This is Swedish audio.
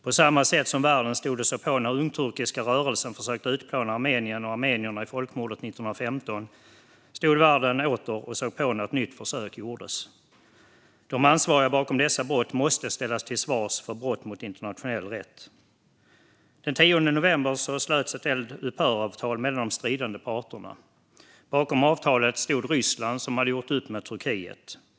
På samma sätt som världen stod och såg på när ungturkiska rörelsen försökte utplåna Armenien och armenierna i folkmordet 1915 stod världen åter och såg på när ett nytt försök gjordes. De ansvariga bakom dessa brott måste ställas till svars för brott mot internationell rätt. Den 10 november slöts ett eldupphöravtal mellan de stridande parterna. Bakom avtalet stod Ryssland, som hade gjort upp med Turkiet.